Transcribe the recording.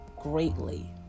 greatly